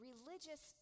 Religious